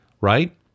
right